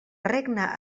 regna